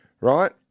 Right